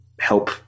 help